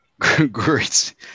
great